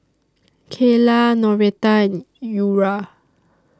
Kaela Noretta and Eura